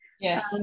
Yes